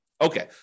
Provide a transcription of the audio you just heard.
Okay